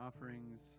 offerings